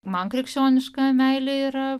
man krikščioniška meilė yra